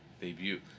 Debut